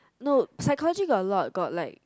no psychology got a lot got like